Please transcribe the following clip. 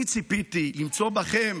אני ציפיתי למצוא בכן,